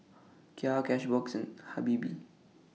Kia Cashbox and Habibie